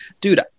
dude